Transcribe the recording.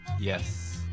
yes